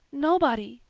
nobody,